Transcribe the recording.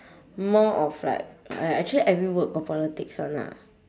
more of like !aiya! actually every work got politics one ah